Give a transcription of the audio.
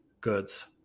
goods